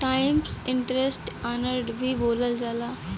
times interest earned भी बोलल जाला